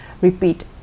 repeat